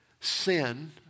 Sin